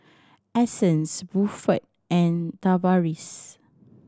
Essence Buford and Tavaris